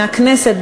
מהכנסת,